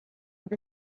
with